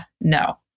no